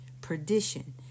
perdition